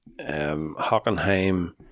Hockenheim